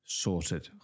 sorted